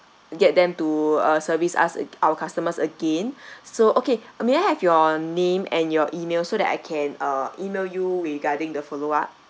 get them to uh service us ag~ our customers again so okay may I have your name and your email so that I can uh email you regarding the follow up